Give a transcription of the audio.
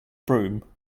broom